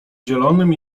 zielonym